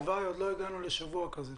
הלוואי, עוד לא הגענו לשבוע כזה.